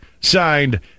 Signed